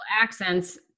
accents